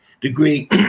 degree